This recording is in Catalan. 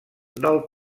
del